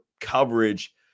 coverage